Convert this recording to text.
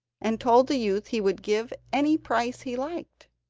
and told the youth he would give any price he liked.